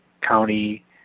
County